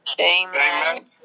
Amen